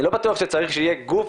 אני לא בטוח שצריך שיהיה גוף